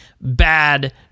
bad